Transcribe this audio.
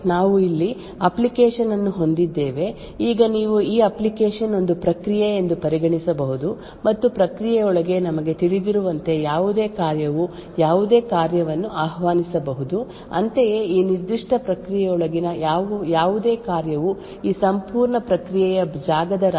ಈಗ ನಾವು fine grained confinement ದಿಂದ ಸಾಧಿಸುವುದೇನೆಂದರೆ ನಾವು ಇಲ್ಲಿ ಅಪ್ಲಿಕೇಶನ್ ಅನ್ನು ಹೊಂದಿದ್ದೇವೆ ಈಗ ನೀವು ಈ ಅಪ್ಲಿಕೇಶನ್ ಒಂದು ಪ್ರಕ್ರಿಯೆ ಎಂದು ಪರಿಗಣಿಸಬಹುದು ಮತ್ತು ಪ್ರಕ್ರಿಯೆಯೊಳಗೆ ನಮಗೆ ತಿಳಿದಿರುವಂತೆ ಯಾವುದೇ ಕಾರ್ಯವು ಯಾವುದೇ ಕಾರ್ಯವನ್ನು ಆಹ್ವಾನಿಸಬಹುದು ಅಂತೆಯೇ ಈ ನಿರ್ದಿಷ್ಟ ಪ್ರಕ್ರಿಯೆಯೊಳಗಿನ ಯಾವುದೇ ಕಾರ್ಯವು ಈ ಸಂಪೂರ್ಣ ಪ್ರಕ್ರಿಯೆಯ ಜಾಗದ ರಾಶಿಯಲ್ಲಿರುವ ಯಾವುದೇ ಜಾಗತಿಕ ಡೇಟಾ ಅಥವಾ ಡೇಟಾ ವನ್ನು ಪ್ರವೇಶಿಸಬಹುದು